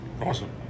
Awesome